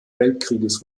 weltkrieges